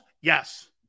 Yes